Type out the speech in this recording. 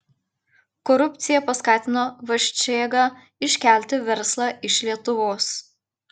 korupcija paskatino vaščėgą iškelti verslą iš lietuvos